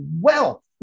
wealth